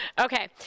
Okay